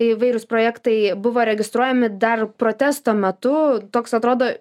įvairūs projektai buvo registruojami dar protesto metu toks atrodo